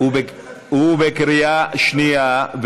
הוא בקריאה שנייה,